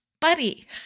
buddy